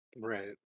Right